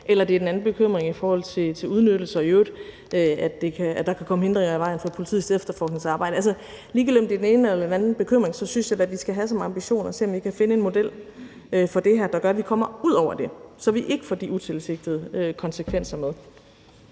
eller om det er en anden bekymring i forhold til udnyttelse i øvrigt, hvor der kan komme hindringer i vejen for politiets efterforskningsarbejde. Altså, ligegyldigt om det er den ene eller den anden bekymring, synes jeg da, vi skal have som ambition at se, om vi kan finde en model for det her, der gør, at vi kommer ud over det, så vi ikke får de utilsigtede konsekvenser med.